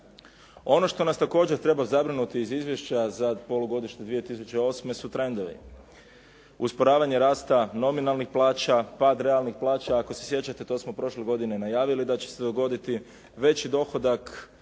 Ono što nas također treba zabrinuti iz izvješća za polugodište 2008. su trendovi. Usporavanje rasta nominalnih plaća, pad realnih plaća. Ako se sjećate to smo prošle godine najavili da će se dogoditi. Veći dohodak